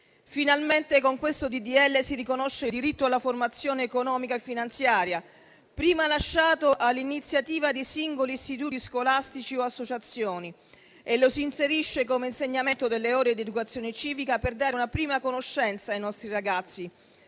Finalmente, con questo disegno di legge si riconosce il diritto alla formazione economica e finanziaria, prima lasciata all'iniziativa di singoli istituti scolastici o associazioni, e la si inserisce come insegnamento nelle ore di educazione civica per dare una prima conoscenza ai nostri ragazzi